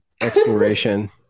exploration